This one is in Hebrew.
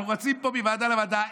אנחנו רצים פה מוועדה לוועדה.